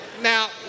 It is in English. now